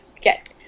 get